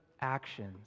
actions